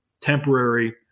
temporary